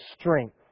strength